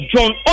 John